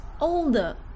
older